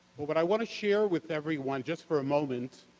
what i want to share with everyone just for a moment,